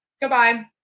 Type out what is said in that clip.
Goodbye